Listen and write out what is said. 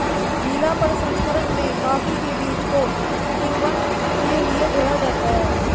गीला प्रसंकरण में कॉफी के बीज को किण्वन के लिए धोया जाता है